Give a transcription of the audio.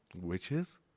Witches